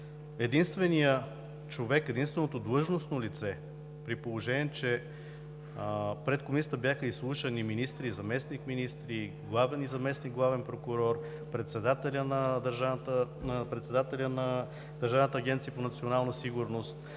единственият човек, единственото длъжностно лице, при положение че пред Комисията бяха изслушани министри, заместник-министри, главен и заместник главен прокурор, председателя на Държавната агенция по национална сигурност,